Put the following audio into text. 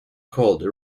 called